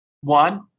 one